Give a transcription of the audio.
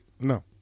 No